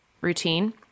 routine